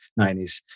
90s